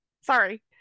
sorry